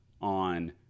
on